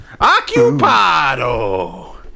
Occupado